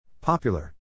Popular